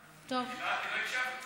שמעת, חבר הכנסת גליק?